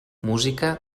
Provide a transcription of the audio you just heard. música